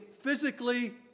physically